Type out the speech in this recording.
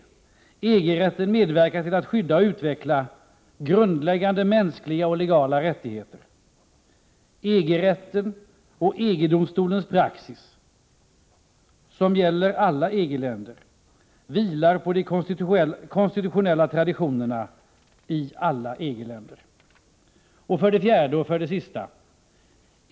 EG-rätten medverkar till att skydda och utveckla grundläggande mänskliga och legala rättigheter. EG-rätten och EG-domstolens praxis, som gäller alla EG-länder, vilar på de konstitutionella traditionerna i alla EG-länder. 4.